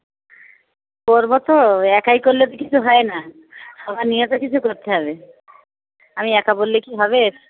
করবো তো একায় করলে তো কিছু হয় না সবার নিয়ে তো কিছু করতে হবে আমি একা বললে কী হবে